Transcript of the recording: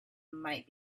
might